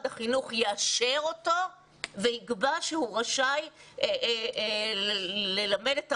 החינוך יאשר אותו ויקבע שהוא רשאי ללמד את המורים.